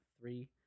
three